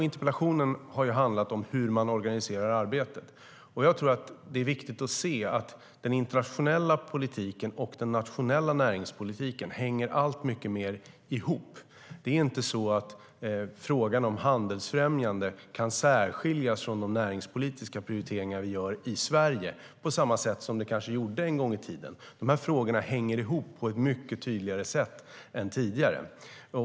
Interpellationen handlar om hur man organiserar arbetet. Det är viktigt att se att den internationella politiken och den nationella näringspolitiken alltmer hänger ihop. Frågan om handelsfrämjande kan inte särskiljas från de näringspolitiska prioriteringar vi gör i Sverige, så som fallet kanske var en gång i tiden. Frågorna hänger ihop på ett mycket tydligare sätt än tidigare.